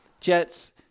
Jets